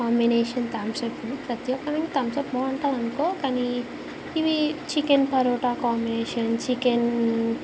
combination Thums Up ప్రతిఒకదానికి బాగుంటుందనుకో కాని ఇవి చికెన్ పరోటా కాంబినేషన్ చికెన్